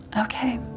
Okay